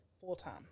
full-time